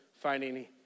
finding